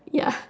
ya